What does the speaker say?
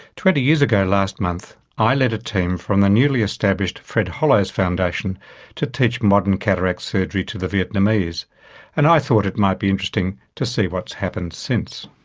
twenty years ago, last month, i led a team from the newly established fred hollows foundation to teach modern cataract surgery to the vietnamese and i thought it might be interesting to see what has happened since.